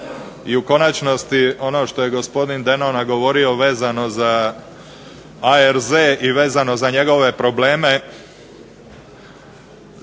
i u konačnosti ono što je gospodin Denona govorio vezao za ARZ i vezano za njegove probleme